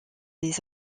les